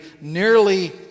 nearly